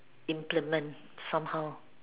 implement somehow